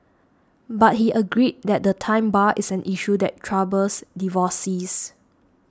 but he agreed that the time bar is an issue that troubles divorcees